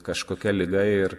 kažkokia liga ir